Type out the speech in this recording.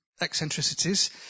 eccentricities